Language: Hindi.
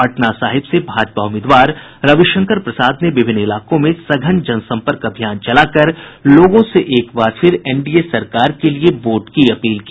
पटना साहिब से भाजपा उम्मीदवार रविशंकर प्रसाद ने विभिन्न इलाकों में सघन जनसंपर्क अभियान चलाकर लोगों से एक बार फिर एनडीए सरकार के लिए वोट की अपील की